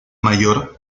mayor